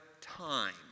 time